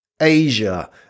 asia